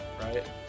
right